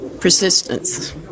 Persistence